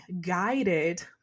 guided